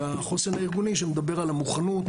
והחוסן הארגוני שמדבר על המוכנות,